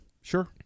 Sure